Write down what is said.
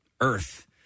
earth